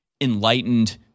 Enlightened